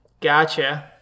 Gotcha